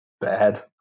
bad